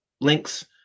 links